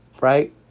right